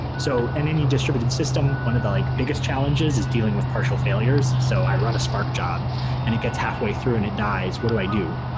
so in any distributed system, one of the like biggest challenges is dealing with partial failures. so i run a spark job and it gets halfway through and it dies. what i do?